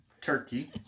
turkey